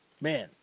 man